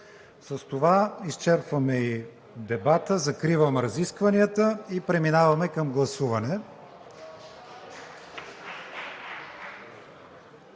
С това изчерпваме и дебата. Закривам разискванията и преминаваме към гласуване.